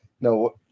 No